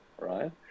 right